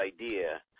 idea